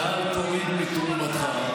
ואל תוריד מתרומתך.